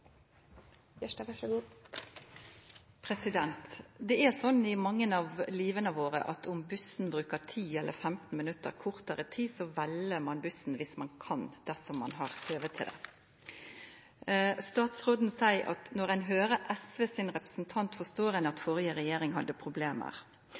sånn i livet til mange at om bussen bruker 10 eller 15 minutt kortare tid, vel ein bussen viss ein kan, dersom ein har høve til det. Statsråden seier at når ein høyrer SV sin representant, forstår ein at